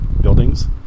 Buildings